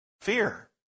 Fear